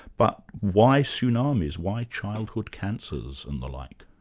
but why tsunamis, why childhood cancers and the like?